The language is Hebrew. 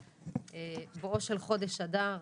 בואו של חודש אדר,